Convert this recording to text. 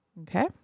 Okay